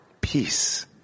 peace